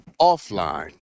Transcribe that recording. offline